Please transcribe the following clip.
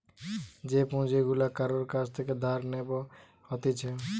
যে পুঁজি গুলা কারুর কাছ থেকে ধার নেব হতিছে